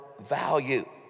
value